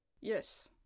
Yes